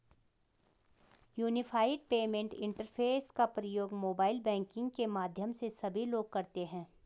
unified payment interface का प्रयोग mobile banking के माध्यम से सभी लोग करते हैं